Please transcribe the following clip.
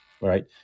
right